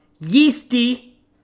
yeasty